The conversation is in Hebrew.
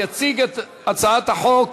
יציג את הצעת החוק